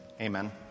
Amen